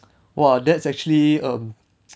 !wah! that's actually um